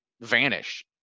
vanish